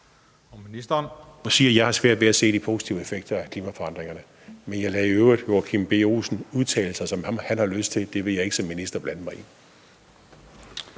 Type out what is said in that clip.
jeg har svært ved at se de positive effekter af klimaforandringerne. Men jeg lader i øvrigt Joachim B. Olsen udtale sig, som han har lyst til. Det vil jeg ikke som minister blande mig i.